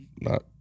not-